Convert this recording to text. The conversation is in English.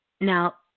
Now